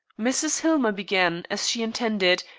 mrs. hillmer began, as she intended,